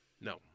No